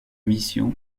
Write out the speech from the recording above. missions